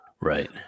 Right